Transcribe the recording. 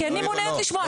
כי אני מעוניינת לשמוע.